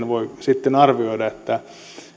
voi sitten arvioida